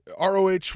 ROH